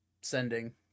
sending